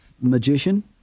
magician